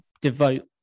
devote